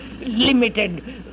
limited